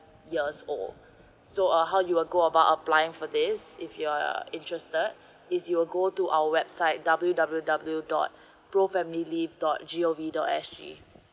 years old so uh how you will go about applying for this if you are interested is you'll go to our website W W W dot pro family leave dot G O V dot S G